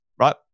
right